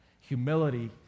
Humility